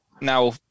now